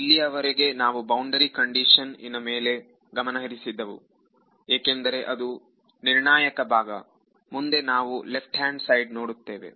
ಇಲ್ಲಿಯವರೆಗೆ ನಾವು boundary condition ಇನ ಮೇಲೆ ಗಮನಹರಿಸಿದವು ಏಕೆಂದರೆ ಅದು ನಿರ್ಣಾಯಕ ಭಾಗ ಮುಂದೆ ನಾವು ಲೆಫ್ಟ್ ಹ್ಯಾಂಡ್ ಸೈಡ್ ನೋಡುತ್ತೇವೆ